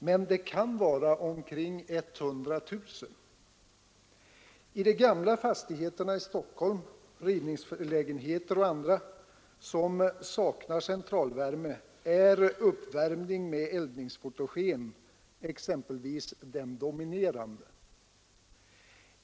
Men det kan vara omkring 100000. I de gamla fastigheter i Stockholm som saknar centralvärme — rivningslägenheter och andra — är uppvärmning med eldningsfotogen den dominerande.